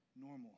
normal